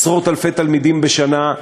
עשרות-אלפי תלמידים בשנה,